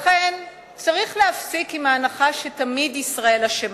לכן צריך להפסיק עם ההנחה שתמיד ישראל אשמה.